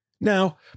Now